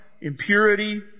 impurity